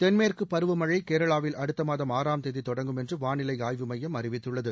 தென்மேற்கு பருவமழை கேரளாவில் அடுத்த மாதம் ஆறாம் தேதி தொடங்கும் என்று வானிலை ஆய்வு மையம் அறிவித்துள்ளது